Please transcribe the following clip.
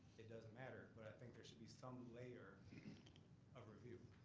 it doesn't matter. but i think there should be some layer of review.